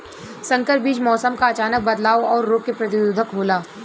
संकर बीज मौसम क अचानक बदलाव और रोग के प्रतिरोधक होला